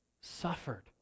suffered